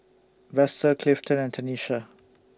Vester Clifton and Tanesha